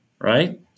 right